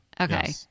Okay